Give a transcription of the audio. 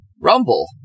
Rumble